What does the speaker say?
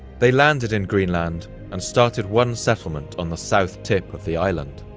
they landed in greenland and started one settlement on the south tip of the island.